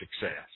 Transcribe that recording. success